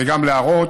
וגם להראות,